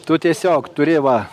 tu tiesiog turi va